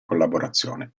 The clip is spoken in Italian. collaborazione